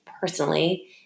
personally